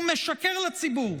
הוא משקר לציבור,